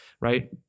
right